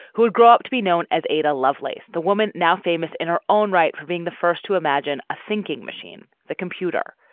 who grew up to be known as ada lovelace. the woman now famous in her own right for being the first to imagine a thinking machine, the computer.